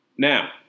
Now